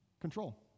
control